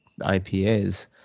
IPAs